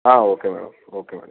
okay madam okay madam